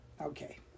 Okay